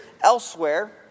elsewhere